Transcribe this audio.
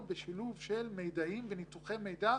אז צריך לטפל ולהסיר את מי שנמצא שם ולא נוהג כשורה,